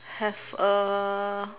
have a